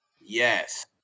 Yes